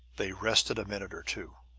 they rested a minute or two,